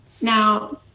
Now